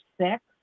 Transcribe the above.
six